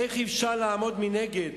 איך אפשר לעמוד מנגד